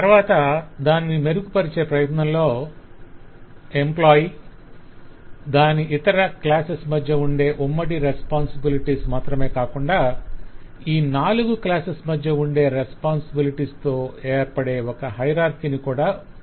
తరవాత దానిని మెరుగుపరచే ప్రయత్నంలో ఎంప్లాయ్ - దాని ఇతర క్లాసెస్ మధ్య ఉండే ఉమ్మడి రెస్పొంసిబిలిటీస్ మాత్రమె కాకుండా ఈ నాలుగు క్లాసెస్ మధ్య ఉండే రెస్పొంసిబిలిటీస్ తో ఏర్పడే ఒక హయరార్కి కూడా ఉంటుందని చూశాం